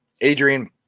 Adrian